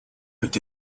peut